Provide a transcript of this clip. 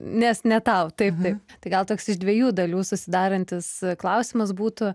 nes ne tau taip taip tai gal toks iš dviejų dalių susidarantis klausimas būtų